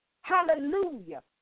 Hallelujah